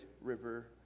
river